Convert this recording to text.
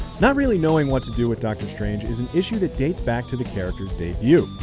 not really knowing what to do with doctor strange is an issue that dates back to the character's debut.